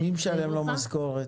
מי משלם לו משכורת?